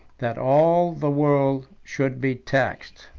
that all the world should be taxed.